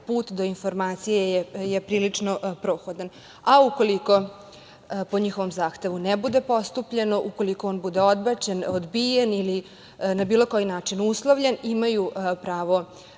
put do informacije je prilično prohodan. Ukoliko po njihovom zahtevu ne bude postupljeno, ukoliko on bude odbačen, odbijen ili na bilo koji način uslovljen, imaju pravo